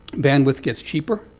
bandwidth gets cheaper.